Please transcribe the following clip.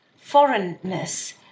foreignness